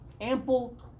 ample